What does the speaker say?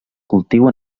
cultiu